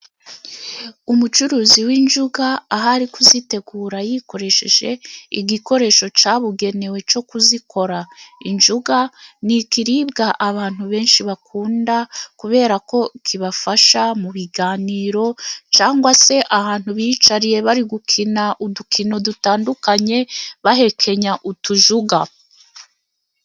Umucuruzi w'injuga aho Ari kuzitegura, akoresheje igikoresho cyabugenewe cyo kuzikora. Injuga ni ikiribwa abantu benshi bakunda, kubera ko kibafasha mu biganiro cyangwa se ahantu biyicariye bari gukina udukino dutandukanye, bahekenya utujuga.